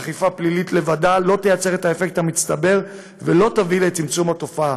אכיפה פלילית לבדה לא תייצר את האפקט המצטבר ולא תביא לצמצום התופעה.